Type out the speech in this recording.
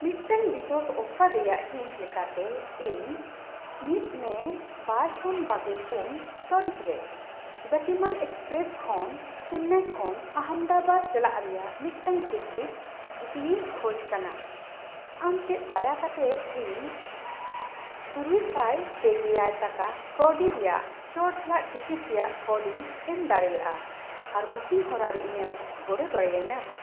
ᱢᱤᱫᱴᱮᱱ ᱵᱤᱥᱮᱥ ᱚᱯᱷᱟᱨ ᱨᱮᱭᱟᱜ ᱦᱤᱸᱥ ᱞᱮᱠᱟᱛᱮ ᱤᱧ ᱢᱤᱫ ᱯᱮ ᱵᱟᱨ ᱥᱩᱱ ᱵᱟᱨᱜᱮ ᱯᱩᱱ ᱛᱟᱹᱨᱤᱠᱷ ᱨᱮ ᱜᱚᱛᱤᱢᱟᱱ ᱮᱠᱥᱯᱨᱮᱥ ᱠᱷᱚᱱ ᱪᱮᱱᱱᱟᱭ ᱠᱷᱚᱱ ᱟᱦᱢᱮᱫᱟᱵᱟᱫᱽ ᱪᱟᱞᱟᱜ ᱨᱮᱭᱟᱜ ᱢᱤᱫᱴᱟᱱ ᱴᱤᱠᱤᱴ ᱵᱩᱠᱤᱝ ᱠᱷᱚᱡᱽ ᱠᱟᱱᱟ ᱟᱢ ᱪᱮᱫ ᱫᱟᱭᱟ ᱠᱟᱛᱮᱫ ᱤᱧ ᱛᱩᱨᱩᱭ ᱥᱟᱭ ᱯᱮᱜᱮ ᱮᱭᱟᱭ ᱴᱟᱠᱟ ᱠᱟᱹᱣᱰᱤ ᱨᱮᱭᱟᱜ ᱪᱚᱴ ᱥᱮᱭᱟᱜ ᱴᱤᱠᱤᱴ ᱨᱮᱭᱟᱜ ᱠᱳᱰᱤᱧ ᱮᱢ ᱫᱟᱲᱮᱭᱟᱜᱼᱟ ᱟᱨ ᱵᱩᱠᱤᱝ ᱦᱚᱨᱟ ᱨᱮ ᱤᱧᱮᱢ ᱜᱚᱲᱚ ᱫᱟᱲᱮᱭᱤᱧᱟ